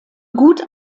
gut